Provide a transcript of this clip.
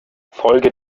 folge